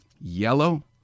Yellow